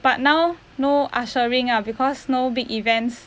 but now no ushering ah because no big events